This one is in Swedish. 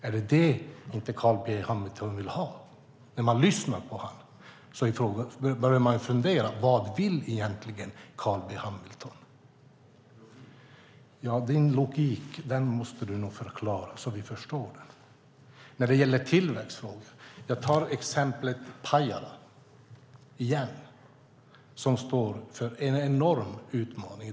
Är det det Carl B Hamilton inte vill ha? När man lyssnar på honom börjar man fundera på vad Carl B Hamilton egentligen vill. Du måste nog förklara din logik så att vi förstår den, Carl B Hamilton. Vad gäller tillväxtfrågor tar jag som exempel åter Pajala. Den lilla kommunen står inför en enorm utmaning.